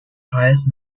highest